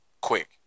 quick